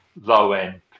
low-end